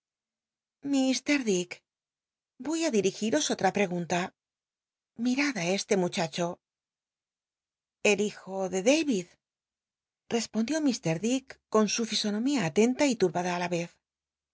dick voy á dil'igil'os otra pregunta jlfil'ad este muchacho el hijo de david respondió mr dick con su fisonomía atenta y turbada ú la vez